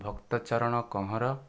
Bhakta Charan Kanhar